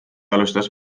alustas